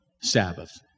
Sabbath